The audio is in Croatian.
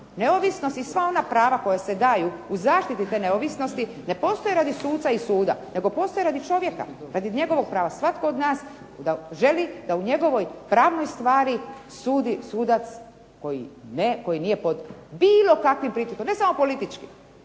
neovisnost i sva ona prava koja se daju toj neovisnosti ne postoje radi suca i suda nego postoje radi čovjeka, njegovog prava. Jer svatko od nas želi da u njegovoj pravnoj stvari sudi sudac koji nije pod bilo kakvim pritiskom, ne samo politički